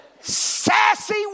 Sassy